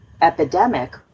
epidemic